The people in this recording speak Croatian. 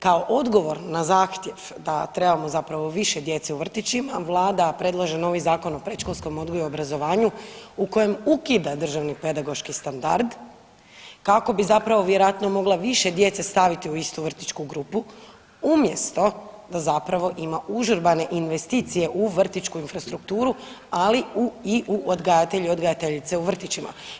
Kao odgovor na zahtjev da trebamo zapravo više djece u vrtićima vlada predlaže novi Zakon o predškolskom odgoju i obrazovanju u kojem ukida državni pedagoški standard kako bi zapravo vjerojatno mogla više djece staviti u istu vrtićku grupu umjesto da zapravo ima užurbane investicije u vrtićku infrastrukturu, ali u, i u odgajatelje i odgajateljice u vrtićima.